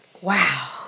Wow